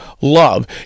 love